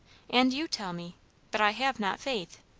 and you tell me but i have not faith.